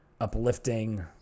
uplifting